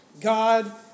God